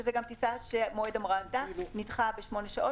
שזו גם טיסה שמועד המראתה נדחה בשמונה שעות,